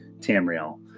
Tamriel